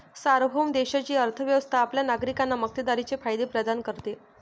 सार्वभौम देशाची अर्थ व्यवस्था आपल्या नागरिकांना मक्तेदारीचे फायदे प्रदान करते